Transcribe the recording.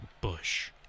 Bush